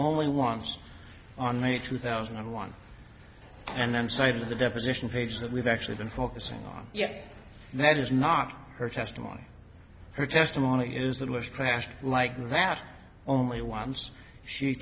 only once on may two thousand and one and then side of the deposition pages that we've actually been focusing on yes that is not her testimony her testimony is that was trashed like that only once she